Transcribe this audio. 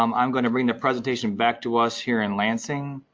um i'm going to bring the presentation back to us here in lansing.